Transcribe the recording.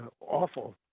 awful